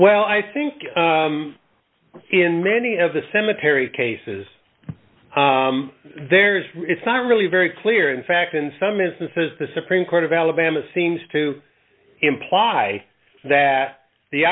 well i think in many of the cemetery cases there is it's not really very clear in fact in some instances the supreme court of alabama seems to imply that the